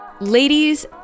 Ladies